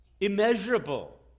Immeasurable